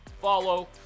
follow